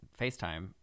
FaceTime